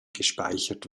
gespeichert